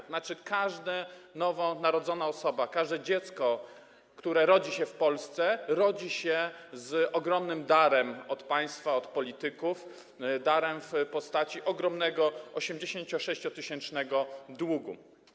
To oznacza, że każda nowo narodzona osoba, każde dziecko, które rodzi się w Polsce, rodzi się z ogromnym darem od państwa, od polityków, darem w postaci ogromnego, 86-tysięcznego długu.